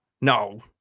no